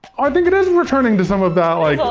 i think it is returning to some of that like,